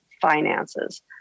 finances